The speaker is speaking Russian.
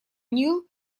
нил